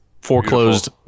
foreclosed